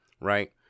Right